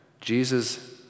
Jesus